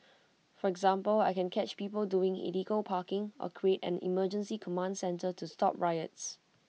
for example I can catch people doing illegal parking or create an emergency command centre to stop riots